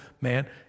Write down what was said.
man